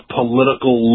political